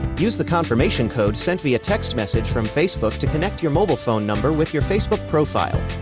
use the confirmation code sent via text message from facebook to connect your mobile phone number with your facebook profile.